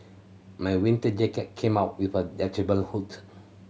my winter jacket came out with a detachable hood